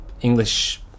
English